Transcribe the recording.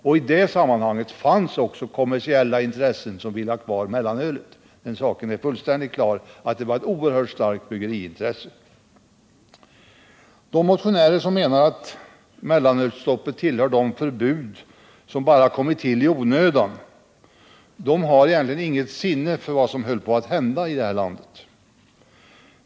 I det sammanhanget fanns också kommersiella intressen som ville ha kvar mellanölet. Det är fullständigt klart att det förelåg ett oerhört starkt bryggeriintresse. De motionärer som menar att mellanölsstoppet tillhör de förbud som kommit till i onödan har egentligen inte något sinne för vad som höll på att hända i det här landet.